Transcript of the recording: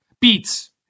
beats